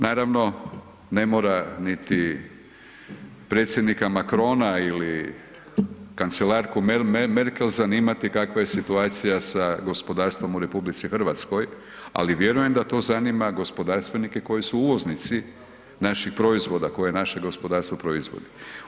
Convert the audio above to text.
Naravno, ne mora niti predsjednika Macrona ili kancelarku Merkel zanimati kakva je situacija sa gospodarstvom u RH, ali vjerujem da to zanima gospodarstvenike koji su uvoznici naših proizvoda koje je naše gospodarstvo proizvelo.